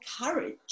courage